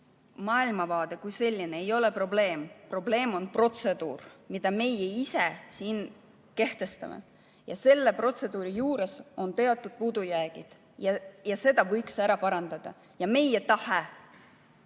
Maailmavaade kui selline ei ole probleem. Probleem on protseduur, mille meie ise siin kehtestame. Selle protseduuri juures on teatud puudujäägid ja need võiks ära parandada. Meie tahe